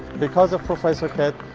because of professor kidd,